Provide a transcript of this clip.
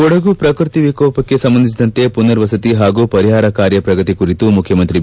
ಕೊಡಗು ಪ್ರಕೃತಿ ವಿಕೋಪಕ್ಕೆ ಸಂಬಂಧಿಸಿದಂತೆ ಪುನರ್ವಸತಿ ಹಾಗೂ ಪರಿಹಾರ ಕಾರ್ಯ ಪ್ರಗತಿ ಕುರಿತು ಮುಖ್ಯಮಂತ್ರಿ ಬಿ